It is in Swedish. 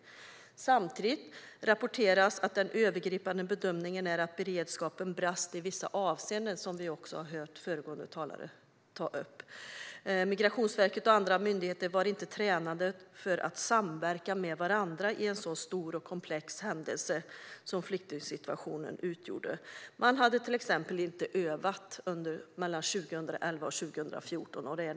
Samtidigt är den övergripande bedömningen att beredskapen brast i vissa avseenden, vilket föregående talare har tagit upp. Migrationsverket och andra myndigheter var inte tränade för att samverka med varandra vid en så stor och komplex händelse som flyktingsituationen utgjorde. Man hade till exempel inte övat mellan 2011 och 2014.